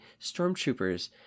stormtroopers